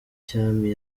cyami